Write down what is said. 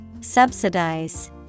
subsidize